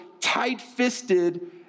tight-fisted